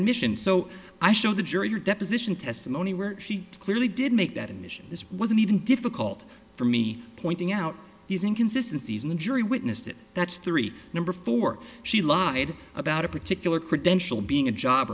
admission so i showed the jury your deposition testimony where she clearly did make that admission this wasn't even difficult for me pointing out these inconsistencies in the jury witnesses that's three number four she lied about a particular credential being a job